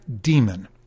demon